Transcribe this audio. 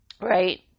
Right